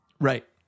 Right